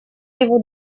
его